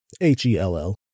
H-E-L-L